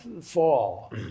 fall